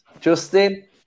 Justin